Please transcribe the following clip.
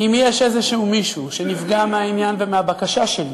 אם יש מישהו שנפגע מהעניין ומהבקשה שלי